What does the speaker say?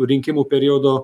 rinkimų periodo